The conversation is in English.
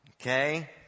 Okay